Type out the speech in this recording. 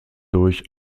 durch